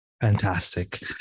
Fantastic